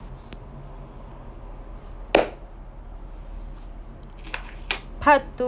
part two